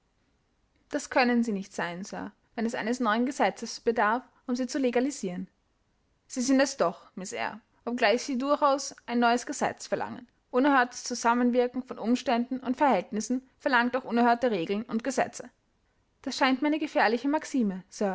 das können sie nicht sein sir wenn es eines neuen gesetzes bedarf um sie zu legalisieren sie sind es doch miß eyre obgleich sie durchaus ein neues gesetz verlangen unerhörtes zusammenwirken von umständen und verhältnissen verlangt auch unerhörte regeln und gesetze das scheint mir eine gefährliche maxime